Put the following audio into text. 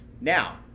Now